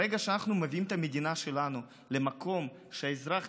ברגע שאנחנו מביאים את המדינה שלנו למקום שלאזרח